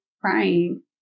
crying